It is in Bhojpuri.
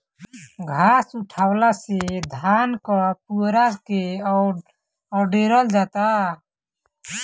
घास उठौना से धान क पुअरा के अवडेरल जाला